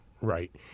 right